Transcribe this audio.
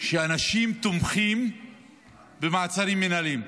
שאנשים תומכים במעצרים מינהליים.